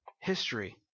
history